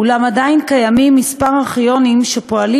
אולם עדיין קיימים כמה ארכיונים שפועלים